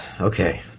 Okay